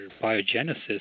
biogenesis